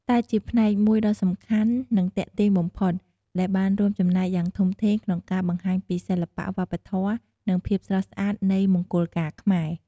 តែជាផ្នែកមួយដ៏សំខាន់ និងទាក់ទាញបំផុត ដែលបានរួមចំណែកយ៉ាងធំធេងក្នុងការបង្ហាញពី សិល្បៈ វប្បធម៌ និងភាពស្រស់ស្អាត នៃមង្គលការខ្មែរ។